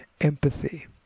empathy